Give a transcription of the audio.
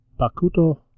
Bakuto